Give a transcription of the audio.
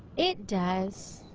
it does.